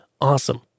Awesome